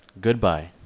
goodbye